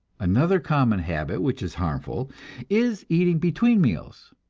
another common habit which is harmful is eating between meals.